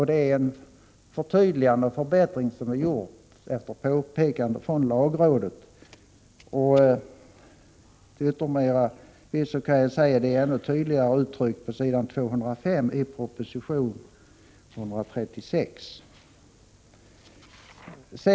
Det är ett förtydligande och en förbättring som har gjorts efter påpekande från lagrådet. Till yttermera visso kan jag säga att det är ännu tydligare uttryckt på s. 205 i proposition 136.